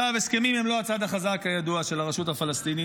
כידוע, הסכמים הם לא הצד החזק של הרשות הפלסטינית,